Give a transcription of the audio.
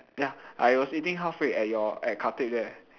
ya I was eating halfway at your at Khatib there